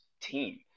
team